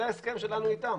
זה ההסכם שלנו איתם,